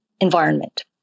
environment